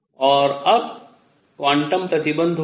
और अब क्वांटम प्रतिबन्ध होगा